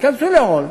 תיכנסו ל-hold,